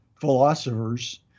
philosophers